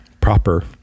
proper